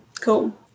Cool